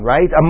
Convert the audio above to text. Right